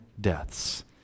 deaths